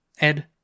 Ed